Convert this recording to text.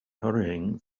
hurrying